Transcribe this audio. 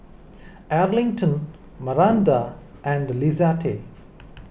Arlington Maranda and Lizette